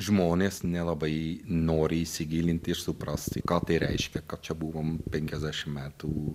žmonės nelabai nori įsigilinti ir suprasti ką tai reiškia kad čia buvome penkiasdešimt metų